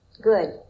Good